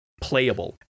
playable